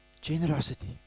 generosity